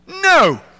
No